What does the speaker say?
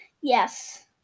Yes